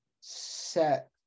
set